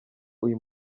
uyu